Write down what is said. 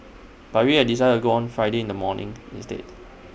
but we have decided to go on Friday in the morning instead